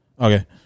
Okay